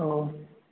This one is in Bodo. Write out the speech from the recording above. औ